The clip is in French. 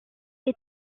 les